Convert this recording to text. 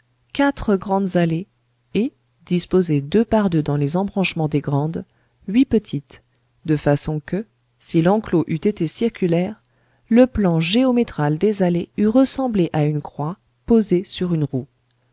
quatre grandes allées et disposées deux par deux dans les embranchements des grandes huit petites de façon que si l'enclos eût été circulaire le plan géométral des allées eût ressemblé à une croix posée sur une roue